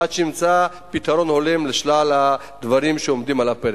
עד שיימצא פתרון הולם לשלל הדברים שעומדים על הפרק.